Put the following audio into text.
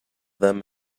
them